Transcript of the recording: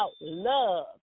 love